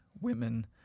women